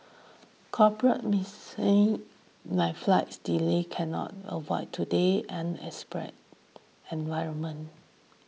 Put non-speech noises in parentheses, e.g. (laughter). corporate (unintelligible) like flight delay cannot avoided today and express environment